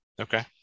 Okay